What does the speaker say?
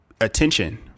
attention